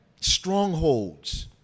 strongholds